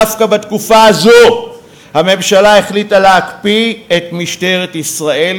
דווקא בתקופה הזאת הממשלה החליטה להקפיא את משטרת ישראל.